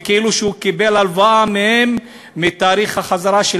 וכאילו הוא קיבל הלוואה מהם מתאריך החזרה של